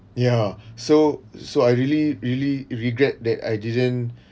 ya so so I really really regret that I didn't